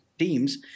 teams